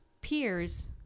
peers